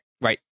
right